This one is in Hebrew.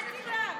אל תדאג.